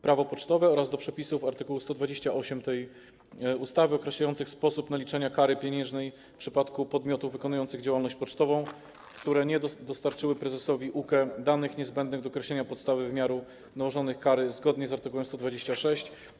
Prawo pocztowe, oraz do przepisów art. 128 tej ustawy, określających sposób naliczania kary pieniężnej w przypadku podmiotów wykonujących działalność pocztową, które nie dostarczyły prezesowi UKE danych niezbędnych do określenia podstawy wymiaru nałożonej kary zgodnie z art. 126.